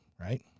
right